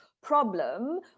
problem